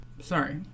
sorry